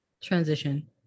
transition